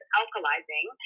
alkalizing